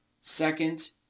second